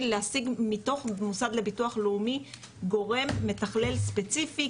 להשיג מתוך המוסד לביטוח לאומי גורם מתכלל ספציפי,